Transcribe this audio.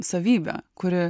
savybė kuri